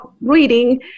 reading